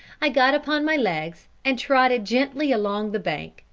i got upon my legs, and trotted gently along the bank,